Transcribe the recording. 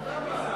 בעת מעבר חבר).